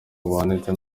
buhanitse